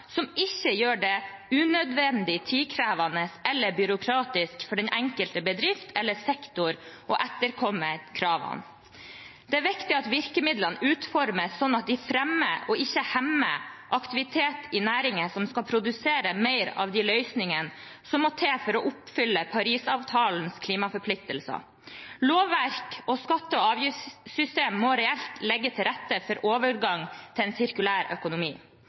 som ikke gjør det unødvendig tidkrevende eller byråkratisk for den enkelte bedrift eller sektor å etterkomme kravene. Det er viktig at virkemidlene utformes slik at de fremmer, ikke hemmer, aktivitet i næringer som skal produsere mer av de løsningene som må til for å oppfylle Parisavtalens klimaforpliktelser. Lovverket og skatte- og avgiftssystemet må reelt legge til rette for overgang til en sirkulær økonomi.